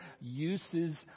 uses